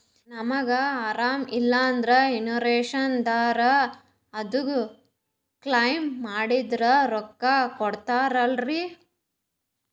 ನಮಗ ಅರಾಮ ಇಲ್ಲಂದ್ರ ಇನ್ಸೂರೆನ್ಸ್ ಇದ್ರ ಅದು ಕ್ಲೈಮ ಮಾಡಿದ್ರ ರೊಕ್ಕ ಕೊಡ್ತಾರಲ್ರಿ?